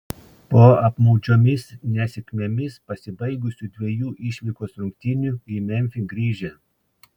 po apmaudžiomis nesėkmėmis pasibaigusių dviejų išvykos rungtynių į memfį grįžę